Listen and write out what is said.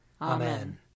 Amen